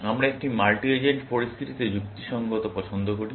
আমরা একটি multi agent পরিস্থিতিতে যুক্তিসঙ্গত পছন্দ করি